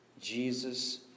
Jesus